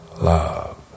love